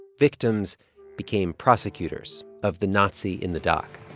victims became prosecutors of the nazi in the dock